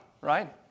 right